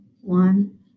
one